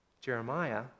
Jeremiah